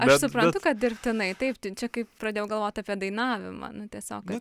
aš suprantu kad dirbtinai taip tai čia kaip pradėjau galvot apie dainavimą nu tiesiog kad